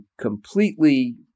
completely